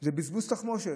זה בזבוז תחמושת,